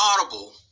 Audible